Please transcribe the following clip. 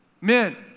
Men